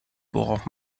worauf